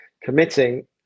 committing